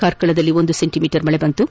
ಕಾರ್ಕಳದಲ್ಲಿ ಒಂದು ಸೆಂಟಿಮೀಟರ್ ಮಳೆಯಾಗಿದೆ